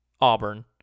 Auburn